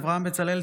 אברהם בצלאל,